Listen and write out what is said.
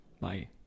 Bye